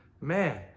man